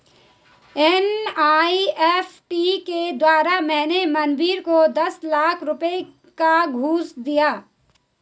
NEFT के द्वारा मैंने महावीर को दस लाख रुपए का घूंस दिया